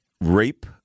rape